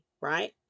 right